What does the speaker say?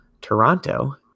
toronto